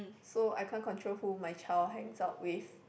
so I can't control who my child hangs out with